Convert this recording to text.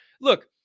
Look